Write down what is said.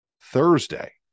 thursday